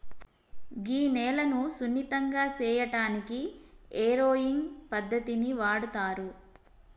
గీ నేలను సున్నితంగా సేయటానికి ఏరోయింగ్ పద్దతిని వాడుతారు